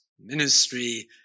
Ministry